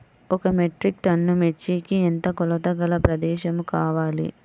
ఒక metric ton మిర్చికి ఎంత కొలతగల ప్రదేశము కావాలీ?